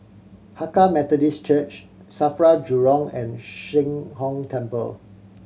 Hakka Methodist Church SAFRA Jurong and Sheng Hong Temple